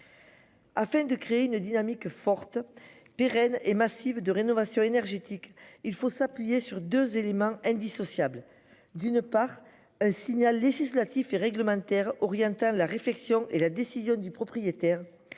Afin de créer une dynamique forte. Pérenne et massive de rénovation énergétique. Il faut s'appuyer sur 2 éléments indissociables d'une part signale législatif et réglementaire orientale la réflexion et la décision du propriétaire.